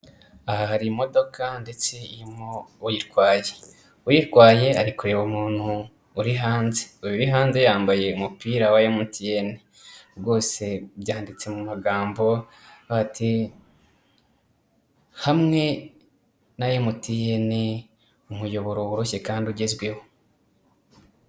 Aha hari imodoka ndetse irimo uyitwaye ,uyitwaye ari kureba umuntu uri hanze yambaye umupira wa emutiyeni rwose byanditse mu magambo hamwe na emutiyene umuyoboro woroshye kandi ugezweho.